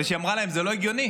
כשהיא אמרה להם שזה לא הגיוני,